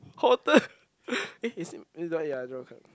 hot water eh is ya you draw a card